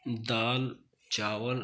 दाल चावल